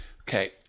Okay